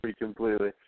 completely